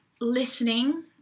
listening